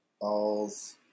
balls